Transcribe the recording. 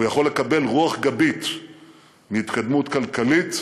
הוא יכול לקבל רוח גבית מהתקדמות כלכלית,